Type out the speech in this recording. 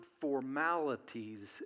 formalities